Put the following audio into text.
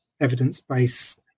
evidence-based